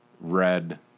red